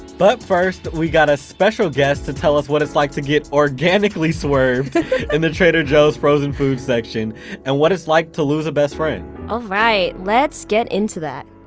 but first, we've got a special guest to tell us what it's like to get organically swerved in the trader joe's frozen food section and what it's like to lose a best friend alright, let's get into that